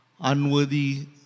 unworthy